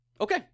Okay